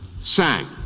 sang